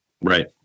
right